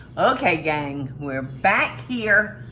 okay gang we're back here,